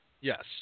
Yes